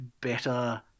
better